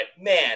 man